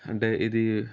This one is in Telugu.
అంటే ఇది